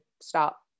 stop